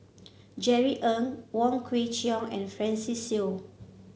Jerry Ng Wong Kwei Cheong and Francis Seow